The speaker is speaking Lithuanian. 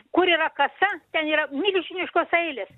kur yra kasa ten yra milžiniškos eilės